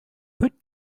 put